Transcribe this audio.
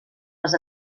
les